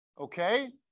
okay